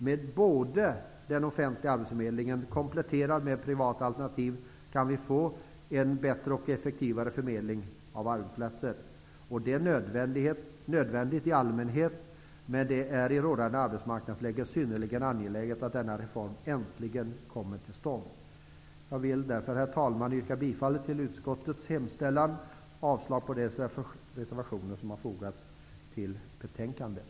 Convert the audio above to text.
Med den offentliga arbetsförmedlingen kompletterad med privata initiativ, kan vi få en bättre och effektivare förmedling av arbetsplatser. Det är nödvändigt i allmänhet, men det är i rådande arbetsmarknadsläge synnerligen angeläget att denna reform äntligen kommer till stånd. Jag vill därför, herr talman, yrka bifall till utskottets hemställan och avslag på de reservationer som har fogats till betänkandet.